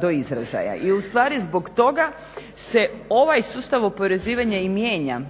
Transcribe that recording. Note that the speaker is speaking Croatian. do izražaja i ustvari zbog toga se ovaj sustav oporezivanja i mijenja